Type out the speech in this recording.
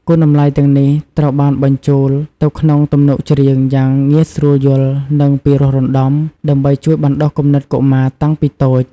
គុណតម្លៃទាំងនេះត្រូវបានបញ្ចូលទៅក្នុងទំនុកច្រៀងយ៉ាងងាយស្រួលយល់ និងពិរោះរណ្ដំ ដើម្បីជួយបណ្ដុះគំនិតកុមារតាំងពីតូច។